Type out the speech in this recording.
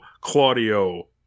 Claudio